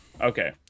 Okay